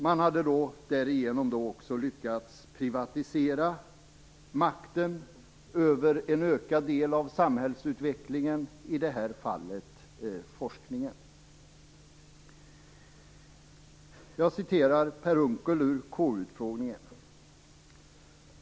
Man hade därigenom också lyckats privatisera makten över en ökad del av samhällsutvecklingen, i det här fallet forskningen. Jag vill citera Per Unckel i KU-utfrågningen.